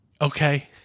okay